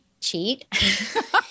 cheat